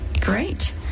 Great